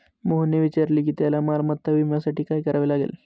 मोहनने विचारले की त्याला मालमत्ता विम्यासाठी काय करावे लागेल?